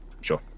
sure